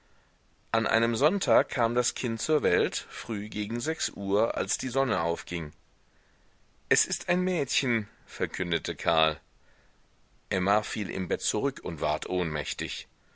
an einem sonntag kam das kind zur welt früh gegen sechs uhr als die sonne aufging es ist ein mädchen verkündete karl emma fiel im bett zurück und ward ohnmächtig